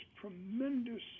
tremendous